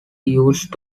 used